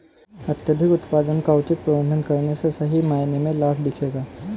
अत्यधिक उत्पादन का उचित प्रबंधन करने से सही मायने में लाभ दिखेगा